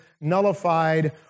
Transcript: nullified